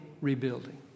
rebuilding